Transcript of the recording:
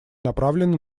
направлены